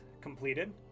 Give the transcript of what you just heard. completed